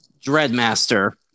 Dreadmaster